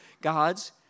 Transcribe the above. God's